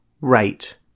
right